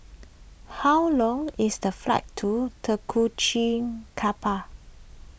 how long is the flight to Tegucigalpa